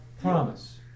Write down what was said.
promise